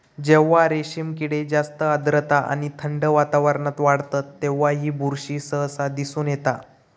जेव्हा रेशीम किडे जास्त आर्द्रता आणि थंड वातावरणात वाढतत तेव्हा ही बुरशी सहसा दिसून येता